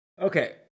Okay